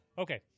Okay